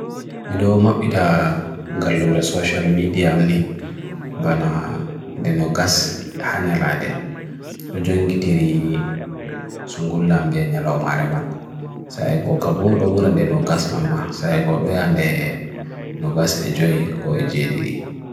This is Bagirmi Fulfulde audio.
mido omap idha galore social media amni bana denogas hanyal adek dojo ngitiri sungulam diya nyalaw maharemat saye ko kabo do buran denogas mamma, saye ko doyan de denogas adek ko adek didi